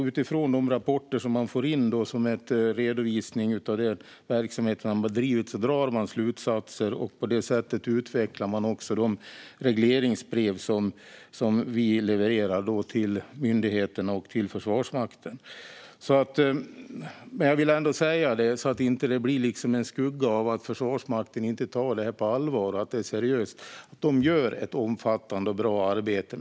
Utifrån de rapporter som kommer in med en redovisning av verksamheten drar man slutsatser. På så sätt utvecklas de regleringsbrev som vi levererar till myndigheterna och Försvarsmakten. Jag ville säga detta så att det inte blir en skugga av att Försvarsmakten inte tar frågan på allvar eller inte hanterar den seriöst. Försvarsmakten gör ett omfattande och bra arbete.